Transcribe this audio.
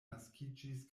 naskiĝis